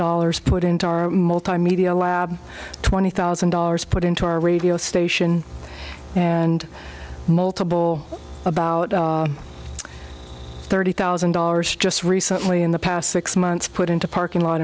dollars put into our multimedia lab twenty thousand dollars put into our radio station and multiple about thirty thousand dollars just recently in the past six months put into parking lot